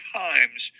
times